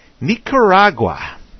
Nicaragua